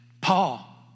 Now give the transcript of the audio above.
Paul